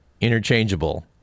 interchangeable